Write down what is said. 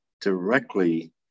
directly